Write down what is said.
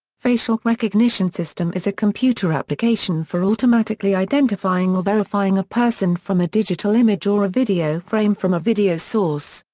facial recognition system is a computer application for automatically identifying or verifying a person from a digital image or a video frame from a video source.